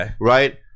right